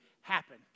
happen